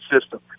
system